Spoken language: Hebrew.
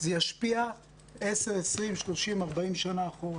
זה ישפיע 10, 20, 30, 40 שנים קדימה.